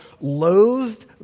loathed